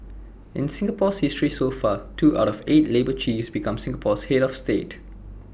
in Singapore's history so far two out of eight labour chiefs became Singapore's Head of state